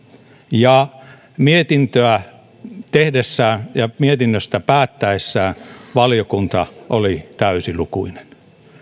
ja mietintöä tehdessään ja mietinnöstä päättäessään valiokunta oli täysilukuinen